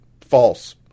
False